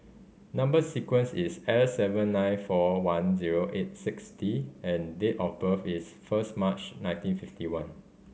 number sequence is S seven nine four one zero eight six D and date of birth is first March nineteen fifty one